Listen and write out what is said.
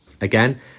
again